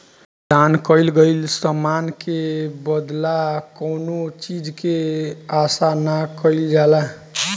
दान कईल गईल समान के बदला कौनो चीज के आसा ना कईल जाला